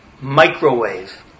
microwave